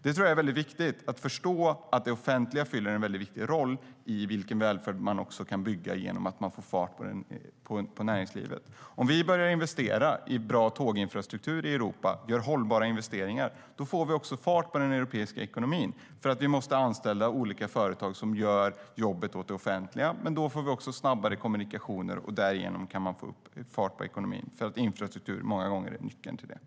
Det är väldigt viktigt att förstå att det offentliga fyller en väldigt viktig roll för vilken välfärd man kan bygga genom att man får fart på näringslivet. Om vi gör hållbara investeringar i en bra tåginfrastruktur i Europa blir det också fart på den europeiska ekonomin. Då måste man anlita olika företag som gör jobbet åt det offentliga, men då får vi också snabbare kommunikationer. Och därigenom kan det bli fart på ekonomin. Infrastruktur är många gånger nyckeln till detta.